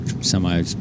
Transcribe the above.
semi